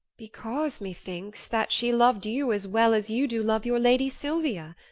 because methinks that she lov'd you as well as you do love your lady silvia.